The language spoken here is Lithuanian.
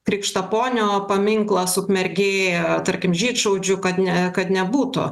krikštaponio paminklas ukmergė tarkim žydšaudžių kad ne kad nebūtų